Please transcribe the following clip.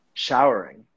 showering